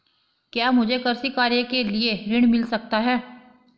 क्या मुझे कृषि कार्य के लिए ऋण मिल सकता है?